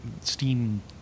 steam